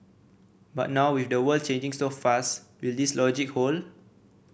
but now with the world changing so fast will this logic hold